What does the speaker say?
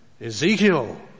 Ezekiel